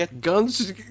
guns